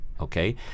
Okay